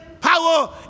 power